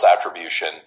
attribution